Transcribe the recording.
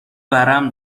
ورم